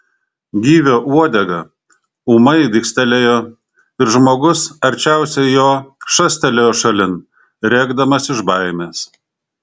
gyvio uodega ūmai vikstelėjo ir žmogus arčiausiai jo šastelėjo šalin rėkdamas iš baimės